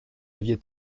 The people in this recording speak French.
aviez